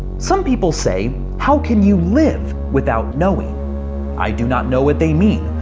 some people say how can you live without knowing i do not know what they mean.